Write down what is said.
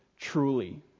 truly